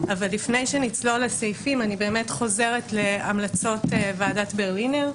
אבל לפני שנצלול לסעיפים אני חוזרת להמלצות ועדת ברלינר,